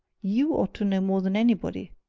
you ought to know more than anybody.